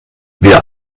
wir